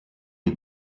die